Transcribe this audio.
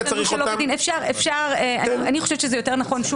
אני חושבת שזה יותר נכון.